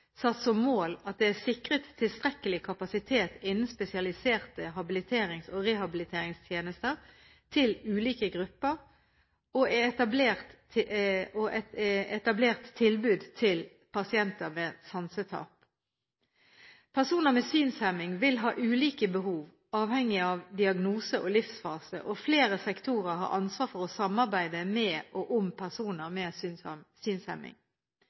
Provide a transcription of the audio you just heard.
satt som mål at det er sikret tilstrekkelig kapasitet innen spesialiserte habiliterings- og rehabiliteringstjenester til ulike grupper, og etablert tilbud til pasienter med sansetap. Personer med synshemning vil ha ulike behov avhengig av diagnose og livsfase, og flere sektorer har ansvar for å samarbeide med og om personer med